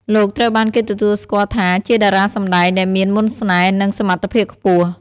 លោកត្រូវបានគេទទួលស្គាល់ថាជាតារាសម្ដែងដែលមានមន្តស្នេហ៍និងសមត្ថភាពខ្ពស់។